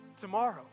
tomorrow